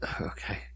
okay